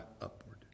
upward